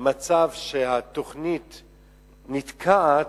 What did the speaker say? מצב שבו התוכנית נתקעת,